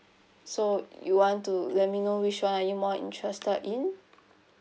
so you want to let me know which one are you more interested in